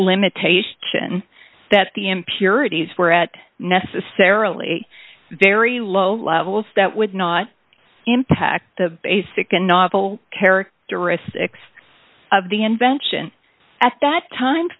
limitation that the impurities were at necessarily very low levels that would not impact the basic and novel characteristics of the invention at that time